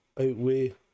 outweigh